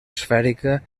esfèrica